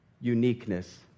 uniqueness